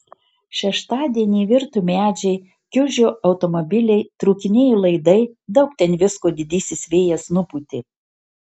šeštadienį virto medžiai kiužo automobiliai trūkinėjo laidai daug ten visko didysis vėjas nupūtė